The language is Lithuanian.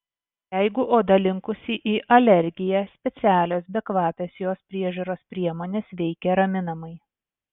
jeigu oda linkusi į alergiją specialios bekvapės jos priežiūros priemonės veikia raminamai